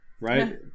right